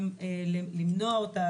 גם למנוע אותה,